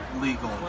legal